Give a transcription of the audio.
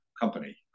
company